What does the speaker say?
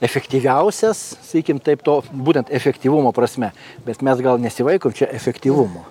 efektyviausias sakykim taip to būtent efektyvumo prasme bet mes gal nesivaikom čia efektyvumo